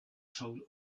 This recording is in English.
told